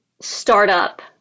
startup